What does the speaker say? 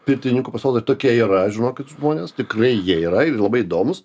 pirtininkų pasirodo tokie yra žinokit žmonės tikrai jie yra ir labai įdomūs